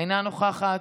אינה נוכחת,